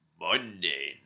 Monday